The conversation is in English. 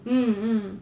mm mm